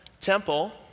temple